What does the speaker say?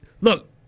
Look